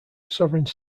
sovereign